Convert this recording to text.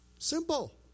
Simple